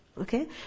Okay